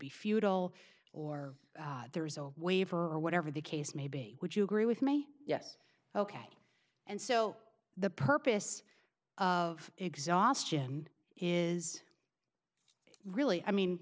be futile or there's a waiver or whatever the case may be would you agree with me yes ok and so the purpose of exhaustion is really i mean